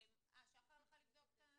זו פגיעה לא מדתית בפרטיות.